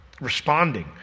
responding